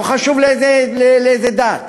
לא חשוב לאיזו דת,